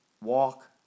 walk